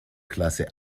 klasse